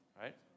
right